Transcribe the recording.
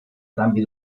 canvi